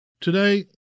Today